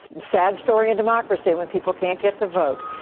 sad story in democracy, when people can't get to vote.